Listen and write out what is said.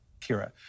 Kira